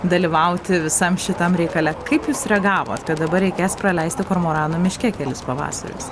dalyvauti visam šitam reikale kaip jūs reagavot kad dabar reikės praleisti kormoranų miške kelis pavasarius